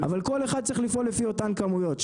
אבל כל אחד צריך לפעול לפי אותן כמויות.